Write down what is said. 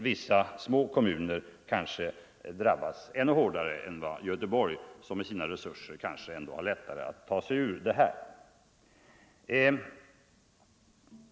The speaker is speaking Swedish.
Vissa små kommuner drabbas ännu hårdare än Göteborg, som med sina resurser måhända har det lättare än de små kommunerna att ta sig ur det hela.